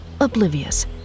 oblivious